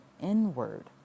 inward